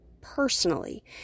personally